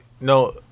no